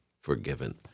forgiven